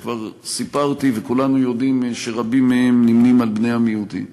שכבר סיפרתי וכולנו יודעים שרבים מהם נמנים עם בני המיעוטים,